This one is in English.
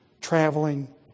traveling